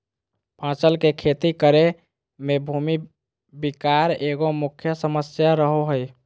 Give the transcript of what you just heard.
फसल के खेती करे में भूमि विकार एगो मुख्य समस्या रहो हइ